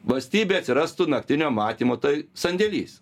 valstybėj atsirastų naktinio matymo tai samdinys